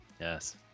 Yes